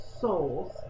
souls